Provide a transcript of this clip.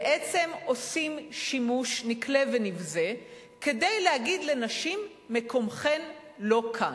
בעצם עושים שימוש נקלה ונבזה כדי להגיד לנשים: מקומכן לא כאן.